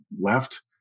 left